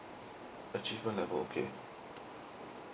achievement level okay